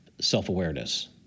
self-awareness